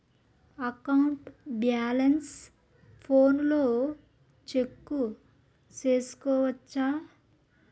account balance ఫోనులో check సేసుకోవచ్చా